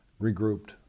regrouped